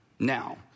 Now